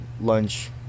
lunch